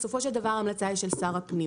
בסופו של דבר, ההמלצה היא של שר הפנים.